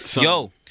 Yo